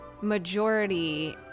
majority